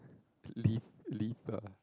leave leave ah